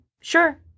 sure